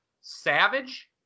Savage